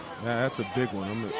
that's a big one.